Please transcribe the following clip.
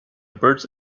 birds